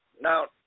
Now